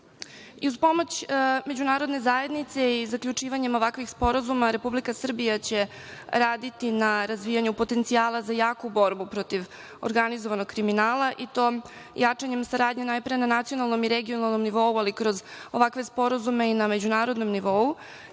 pomoć Međunarodne zajednice i zaključivanjem ovakvog sporazuma Republika Srbija će raditi na razvijanju potencijala za jaku borbu protiv organizovanog kriminala i to jačanjem saradnje, najpre na nacionalnom i regionalnom nivou, ali kroz ovakve sporazume i na međunarodnom nivou,